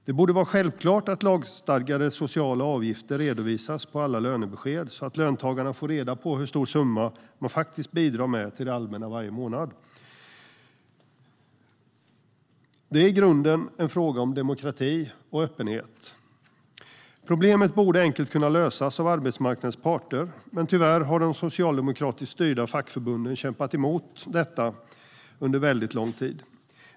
Det borde vara självklart att lagstadgade sociala avgifter redovisas på alla lönebesked, så att löntagarna får reda på hur stor summa man faktiskt bidrar med till det allmänna varje månad. Det är i grunden en fråga om demokrati och öppenhet. Problemet borde enkelt kunna lösas av arbetsmarknadens parter, men tyvärr har de socialdemokratiskt styrda fackförbunden under väldigt lång tid kämpat emot detta.